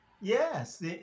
Yes